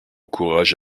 courage